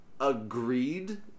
agreed